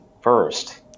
first